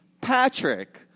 Patrick